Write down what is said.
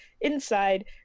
Inside